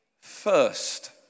first